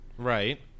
Right